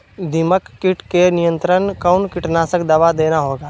दीमक किट के नियंत्रण कौन कीटनाशक दवा देना होगा?